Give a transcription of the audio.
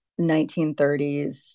1930s